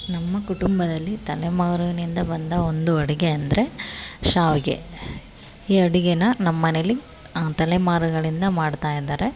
ನಮ್ಮ ಕುಟುಂಬದಲ್ಲಿ ತಲೆಮಾರುವಿನಿಂದ ಬಂದ ಒಂದು ಅಡುಗೆ ಅಂದರೆ ಶಾವಿಗೆ ಈ ಅಡುಗೇನ ನಮ್ಮನೇಲಿ ತಲೆಮಾರುಗಳಿಂದ ಮಾಡ್ತಾ ಇದ್ದಾರೆ